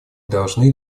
должны